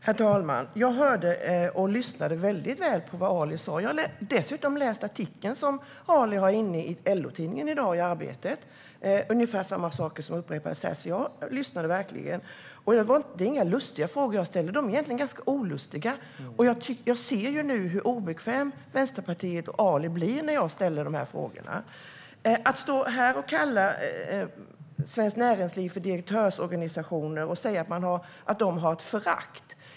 Herr talman! Jag lyssnade väldigt väl på vad Ali sa. Jag har dessutom läst Alis artikel i LO-tidningen Arbetet i dag. Det var ungefär samma saker som upprepades här, och jag lyssnade verkligen. Det är inga lustiga frågor jag ställer. De är egentligen ganska olustiga, och jag ser nu hur obekväm Ali blir när jag ställer dem. Han står här och kallar Svenskt Näringsliv för en direktörsorganisation och säger att de har ett förakt.